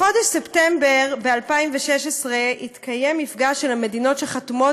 בחודש ספטמבר 2016 התקיים מפגש של המדינות שחתומות